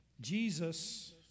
Jesus